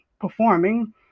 performing